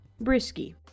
Brisky